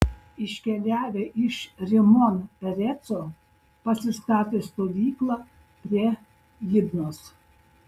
iškeliavę iš rimon pereco pasistatė stovyklą prie libnos